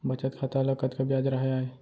बचत खाता ल कतका ब्याज राहय आय?